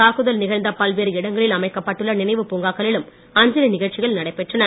தாக்குதல் நிகழ்ந்த பல்வேறு இடங்களில் அமைக்கப்பட்டுள்ள நினைவுப் பூங்காக்களிலும் அஞ்சலி நிகழ்ச்சிகள் நடைபெற்றன